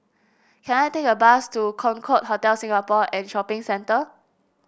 can I take a bus to Concorde Hotel Singapore and Shopping Centre